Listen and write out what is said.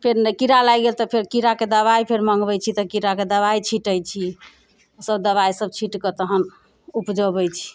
फेर नहि कीड़ा लागि गेलै तऽ फेर कीड़ाके दबाइ फेर मँगबैत छी तऽ कीड़ाके दबाइ छिटैत छी सभ दबाइ सभ छीटके तहन उपजबैत छी